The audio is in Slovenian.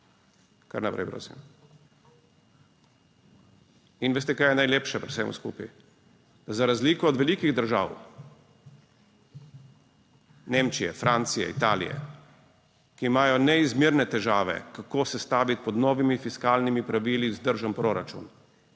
(Kar naprej, prosim.) In veste, kaj je najlepše pri vsem skupaj? Za razliko od velikih držav, Nemčije, Francije, Italije, ki imajo neizmerne težave kako sestaviti pod novimi fiskalnimi pravili vzdržen proračun,